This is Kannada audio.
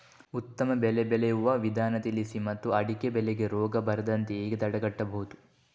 ಉತ್ತಮ ಬೆಳೆ ಬೆಳೆಯುವ ವಿಧಾನ ತಿಳಿಸಿ ಮತ್ತು ಅಡಿಕೆ ಬೆಳೆಗೆ ರೋಗ ಬರದಂತೆ ಹೇಗೆ ತಡೆಗಟ್ಟಬಹುದು?